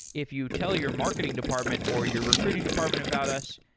if you tell your marketing department or your recruiting department about us,